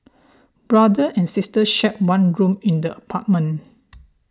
brother and sister shared one room in the apartment